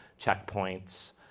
checkpoints